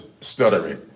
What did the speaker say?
stuttering